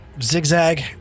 zigzag